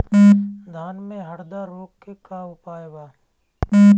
धान में हरदा रोग के का उपाय बा?